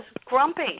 grumpy